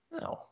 No